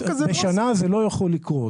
בשנה זה לא יכול לקרות.